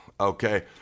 Okay